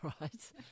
Right